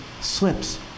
slips